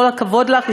כל הכבוד לך,